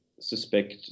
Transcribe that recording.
suspect